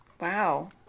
Wow